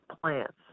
plants